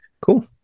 Cool